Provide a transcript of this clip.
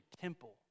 temple